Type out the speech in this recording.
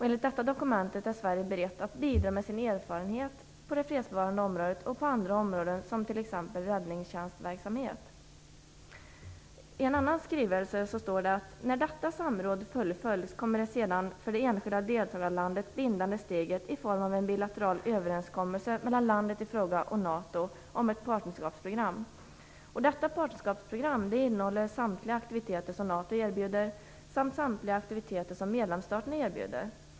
Enligt detta dokument är Sverige berett att bidra med sin erfarenhet på det fredsbevarande området och på andra områden, som t.ex. räddningstjänstverksamhet. I en annan skrivelse anförs att när detta samråd fullföljs, kommer sedan det för det enskilda deltagarlandet bindande steget i form av en bilateral överenskommelse mellan landet i fråga och NATO om ett partnerskapsprogram, och detta program innehåller samtliga aktiviteter som NATO erbjuder och alla aktiviteter som medlemsstaterna erbjuder.